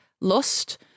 lust